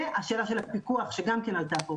והשאלה של הפיקוח שגם כן עלתה פה.